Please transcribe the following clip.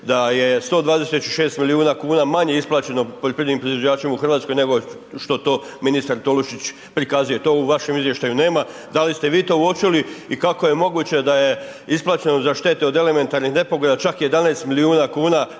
da je 126 milijuna kuna manje isplaćeno poljoprivrednim proizvođačima i u Hrvatskoj nego što to ministar Tolušić prikazuje, to u vašem izvještaju nema, da liste vi to uočili i kako je moguće da je isplaćeno za štete od elementarnih nepogoda čak 11 milijuna kuna